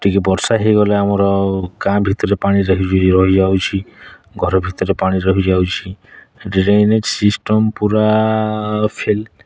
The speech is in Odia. ଟିକେ ବର୍ଷା ହେଇଗଲେ ଆମର ଗାଁ ଭିତରେ ପାଣି ରହି ରହିଯାଉଛି ଘର ଭିତରେ ପାଣି ରହି ଯାଉଛି ଡ଼୍ରେନେଜ୍ ସିଷ୍ଟମ୍ ପୁରା ଫେଲ୍